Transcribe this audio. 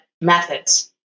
methods